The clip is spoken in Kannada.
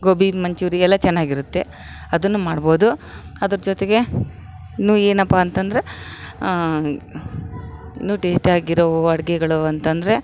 ಗೋಬಿ ಮಂಚುರಿ ಎಲ್ಲ ಚೆನ್ನಾಗಿರುತ್ತೆ ಅದನ್ನು ಮಾಡ್ಬೌದು ಅದ್ರ ಜೊತೆಗೆ ಇನ್ನು ಏನಪ್ಪಾ ಅಂತಂದರೆ ಇನ್ನು ಟೇಸ್ಟ್ ಆಗಿರೋ ಅಡುಗೆಗಳು ಅಂತಂದರೆ